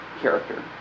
character